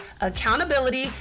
accountability